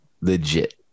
Legit